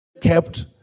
kept